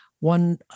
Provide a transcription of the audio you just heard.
One